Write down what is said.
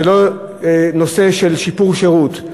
זה לא נושא של שיפור שירות,